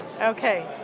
okay